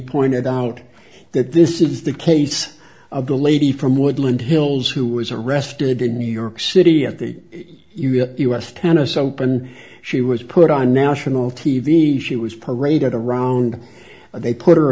pointed out that this is the case of the lady from woodland hills who was arrested in new york city at the u n u s tennis open she was put on national t v she was paraded around they put her